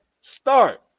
Start